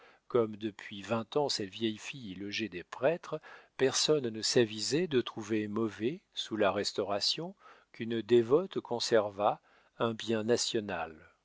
comme depuis vingt ans cette vieille fille y logeait des prêtres personne ne s'avisait de trouver mauvais sous la restauration qu'une dévote conservât un bien national